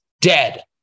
dead